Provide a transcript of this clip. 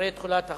אחרי תחולת החוק,